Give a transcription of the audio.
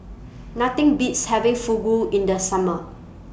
Nothing Beats having Fugu in The Summer